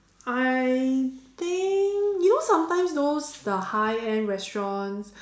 I think you know sometimes those the high end restaurants